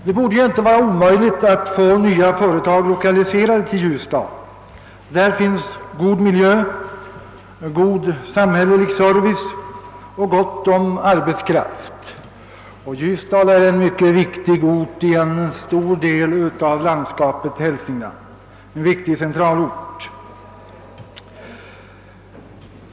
Det borde ju inte vara omöjligt att få nya företag lokaliserade till Ljusdal. Där finns god miljö, god samhällelig service och gott om arbetskraft. Ljusdal är en mycket viktig centralort för en stor del av landskapet Hälsingland.